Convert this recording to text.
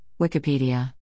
Wikipedia